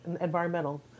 environmental